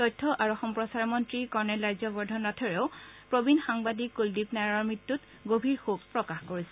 তথ্য আৰু সম্প্ৰচাৰ মন্ত্ৰী কৰ্ণেল ৰাজ্যবৰ্ধন ৰাথোৰেও প্ৰবীণ সাংবাদিক কুলদীপ নায়াৰৰ মৃত্যু গভীৰ শোক প্ৰকাশ কৰিছে